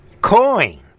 coin